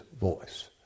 voice